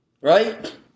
Right